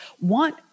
want